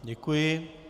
Děkuji.